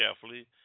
carefully